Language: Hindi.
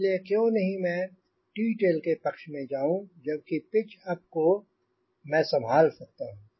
इसलिए क्यों नहीं मैं टी टेल के पक्ष में जाऊँ जबकि पिच अप को मैं संभाल सकता हूँ